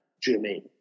Jimmy